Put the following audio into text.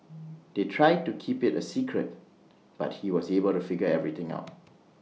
they tried to keep IT A secret but he was able to figure everything out